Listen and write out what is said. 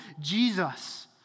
Jesus